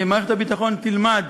מערכת הביטחון תלמד